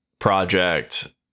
project